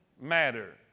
matter